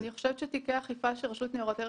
אני חושבת שתיקי האכיפה שרשות ניירות ערך